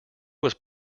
was